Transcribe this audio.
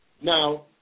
Now